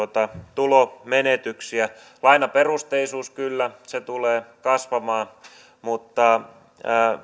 tulonmenetyksiä lainaperusteisuus kyllä tulee kasvamaan mutta